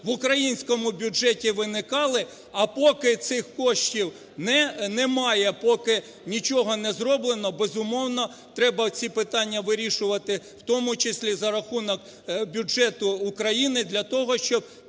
в українському бюджеті виникали. А поки цих коштів немає, поки нічого не зроблено, безумовно, треба ці питання вирішувати, в тому числі за рахунок бюджету України, для того щоб